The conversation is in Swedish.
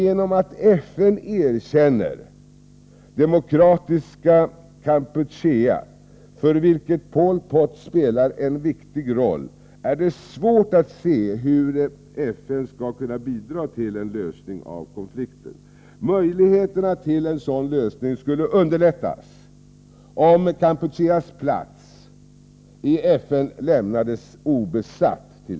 Eftersom FN erkänner Demokratiska Kampuchea, för vilket Pol Pot spelar en viktig roll, är det svårt att se hur FN skall kunna bidra till en lösning av konflikten. Möjligheterna till en sådan lösning skulle underlättas om Kampucheas plats i FN t. v. lämnades obesatt.